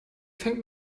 fängt